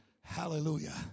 Hallelujah